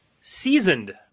seasoned